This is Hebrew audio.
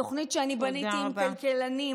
התוכנית שאני בניתי עם כלכלנים,